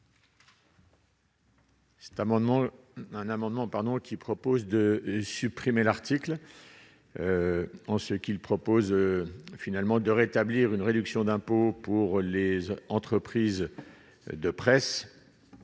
est un amendement pardon qui propose de supprimer l'article en ce qu'il propose finalement de rétablir une réduction d'impôt pour les autres entreprises de presse